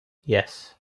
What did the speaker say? yes